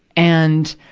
and,